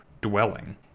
dwelling